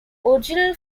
original